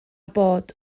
bod